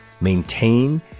maintain